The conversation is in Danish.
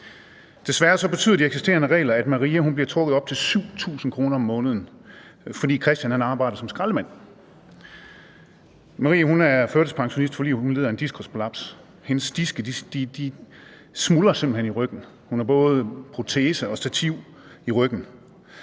Desværre betyder de eksisterende regler, at Maria bliver trukket op til 7.000 kr. om måneden, fordi Kristian arbejder som skraldemand. Maria er førtidspensionist, fordi hun lider af en diskusprolaps. Hendes diske i ryggen smuldrer simpelt hen. Hun har både protese og stativ i ryggen.